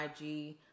IG